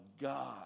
God